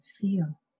feel